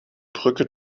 brücke